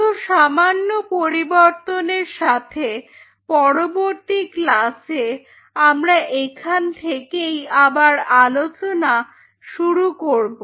কিছু সামান্য পরিবর্তনের সাথে পরবর্তী ক্লাসে আমরা এখান থেকেই আবার আলোচনা শুরু করব